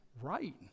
right